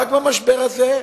רק במשבר הזה?